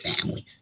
families